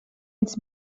its